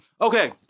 Okay